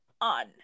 on